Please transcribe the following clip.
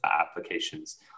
applications